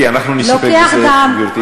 לוקח דם.